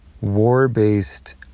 war-based